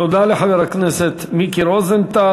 תודה לחבר הכנסת מיקי רוזנטל.